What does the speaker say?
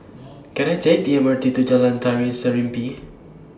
Can I Take The M R T to Jalan Tari Serimpi